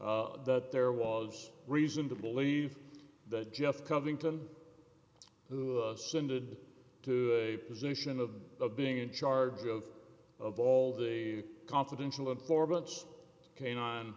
that there was reason to believe that jeff covington who ascended to a position of being in charge of of all the confidential informants canine